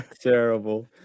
Terrible